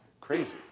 crazy